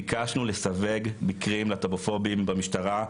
ביקשנו לסווג מיקרים להט"בופובים במשטרה,